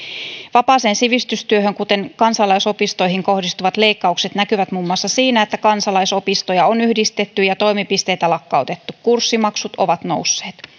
vapaaseen sivistystyöhön kuten kansalaisopistoihin kohdistuvat leikkaukset näkyvät muun muassa siinä että kansalaisopistoja on yhdistetty ja toimipisteitä lakkautettu kurssimaksut ovat nousseet